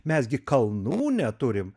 mes gi kalnų neturime